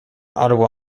ottawa